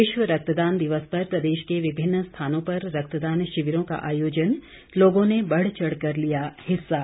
विश्व रक्तदान दिवस पर प्रदेश के विभिन्न स्थानों पर रक्तदान शिविरों का आयोजन लोगों ने बढ़चढ़ कर लिया हिस्सा